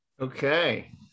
Okay